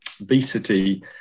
obesity